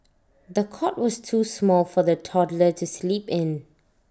the cot was too small for the toddler to sleep in